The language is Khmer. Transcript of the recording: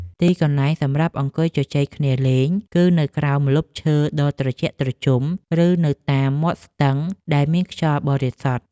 ទីកន្លែងសម្រាប់អង្គុយជជែកគ្នាលេង គឺនៅក្រោមម្លប់ឈើដ៏ត្រជាក់ត្រជុំ ឬនៅតាមមាត់ស្ទឹងដែលមានខ្យល់បរិសុទ្ធ។